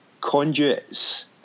conduits